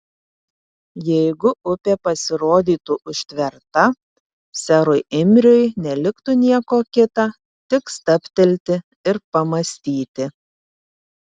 jeigu upė pasirodytų užtverta serui imriui neliktų nieko kita tik stabtelti ir pamąstyti